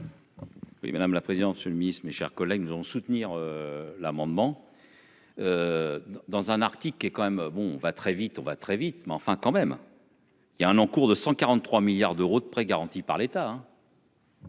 madame la présidente ce le Ministre, mes chers collègues, nous allons soutenir. L'amendement. Dans un article qui est quand même bon on va très vite, on va très vite mais enfin quand même.-- Il y a un encours de 143 milliards d'euros de prêts garantis par l'État.